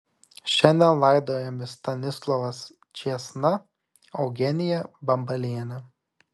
šiandien laidojami stanislovas čėsna eugenija bambalienė